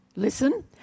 Listen